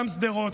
גם שדרות,